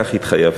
כך התחייבתי.